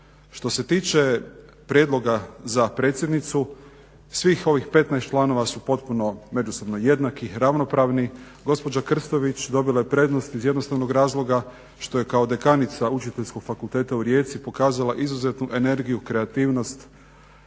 Što se tiče prijedloga za predsjednicu, svih ovih 15 članova su potpuno međusobno jednaki i ravnopravni. Gospođa Krstović dobila je prednost iz jednostavnog razloga što je kao dekanica Učiteljskog fakulteta u Rijeci pokazala izuzetnu energiju, kreativnost,